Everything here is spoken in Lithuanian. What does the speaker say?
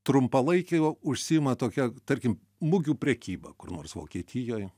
trumpalaikiu užsiima tokia tarkim mugių prekyba kur nors vokietijoj